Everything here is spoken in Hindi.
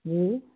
जी